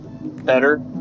better